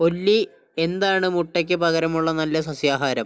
Ollie എന്താണ് മുട്ടയ്ക്ക് പകരമുള്ള നല്ല സസ്യാഹാരം